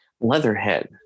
Leatherhead